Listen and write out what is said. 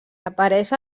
apareix